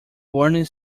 burning